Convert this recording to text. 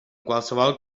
qualsevol